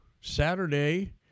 Saturday